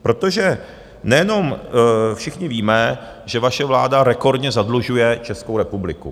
Protože nejenom všichni víme, že vaše vláda rekordně zadlužuje Českou republiku.